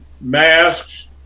masks